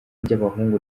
ry’abahungu